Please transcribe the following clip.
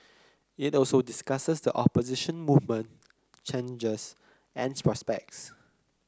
it also discusses the opposition movement challenges and prospects